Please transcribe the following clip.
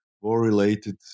war-related